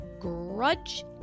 grudge